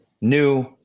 new